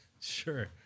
Sure